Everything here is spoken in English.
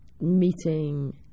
meeting